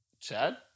Chad